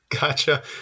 Gotcha